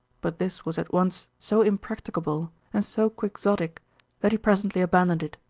but this was at once so impracticable and so quixotic that he presently abandoned it,